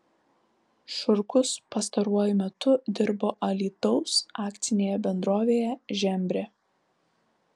šurkus pastaruoju metu dirbo alytaus akcinėje bendrovėje žembrė